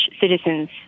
Citizens